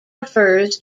refers